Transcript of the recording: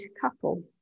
couple